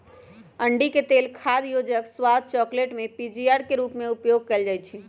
अंडिके तेल खाद्य योजक, स्वाद, चकलेट में पीजीपीआर के रूप में उपयोग कएल जाइछइ